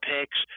picks